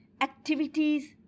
activities